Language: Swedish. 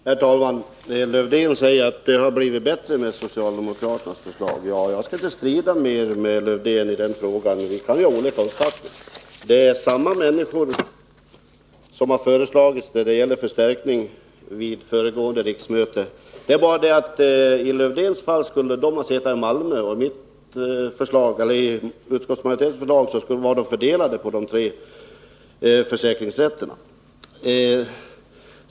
Herr talman! Lars-Erik Lövdén säger att det skulle ha blivit bättre med socialdemokraternas förslag. Jag skall inte strida mer med honom i den frågan — vi kan ha olika uppfattningar. Det är samma människor som har föreslagits vid föregående riksmöte när det gäller förstärkning av försäkringsrätterna. Det är bara det att enligt Lars-Erik Lövdén skulle de ha suttit i Malmö och enligt utskottsmajoritetens förslag skulle de vara fördelade på de tre försäkringsrätterna.